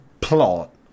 plot